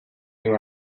you